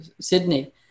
Sydney